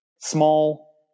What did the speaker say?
small